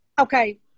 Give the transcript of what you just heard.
Okay